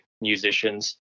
musicians